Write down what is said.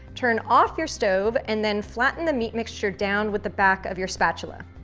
turn off your stove, and then flatten the meat mixture down with the back of your spatula.